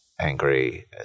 angry